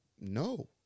No